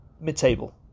Mid-table